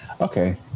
okay